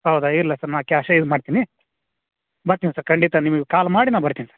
ಹೌದಾ ಇಲ್ಲ ಸರ್ ನಾನು ಕ್ಯಾಶೇ ಇದು ಮಾಡ್ತೀನಿ ಬರ್ತಿನಿ ಸರ್ ಖಂಡಿತ ನಿಮಗೆ ಕಾಲ್ ಮಾಡಿ ನಾ ಬರ್ತೀನಿ ಸರ